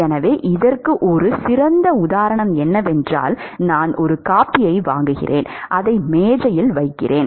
எனவே இதற்கு ஒரு சிறந்த உதாரணம் என்னவென்றால் நான் ஒரு காபியை வாங்குகிறேன் அதை மேசையில் வைக்கிறேன்